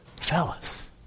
fellas